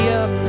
up